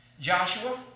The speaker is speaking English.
Joshua